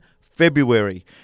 February